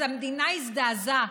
אז המדינה הזדעזעה